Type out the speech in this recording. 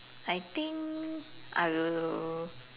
I think I will